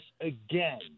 again